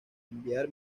enviar